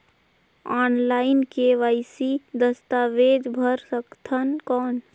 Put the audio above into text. Online KYC दस्तावेज भर सकथन कौन?